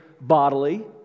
bodily